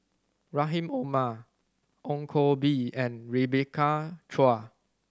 Rahim Omar Ong Koh Bee and Rebecca Chua